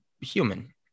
human